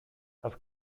have